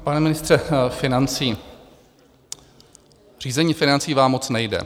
Pane ministře financí, řízení financí vám moc nejde.